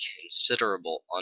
considerable